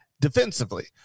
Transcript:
defensively